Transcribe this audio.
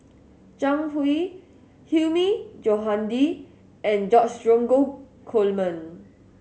Zhang Hui Hilmi Johandi and George Dromgold Coleman